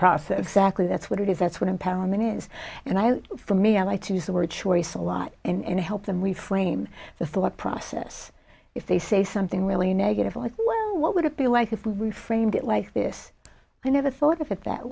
process exactly that's what it is that's what empowerment is and i for me i like to use the word choice a lot and help them we frame the thought process if they say something really negative like what would it be like if we framed it like this i never thought of it that